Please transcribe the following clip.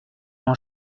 m’en